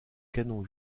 canon